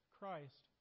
Christ